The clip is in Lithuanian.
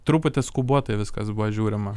truputį skubotai viskas buvo žiūrima